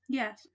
yes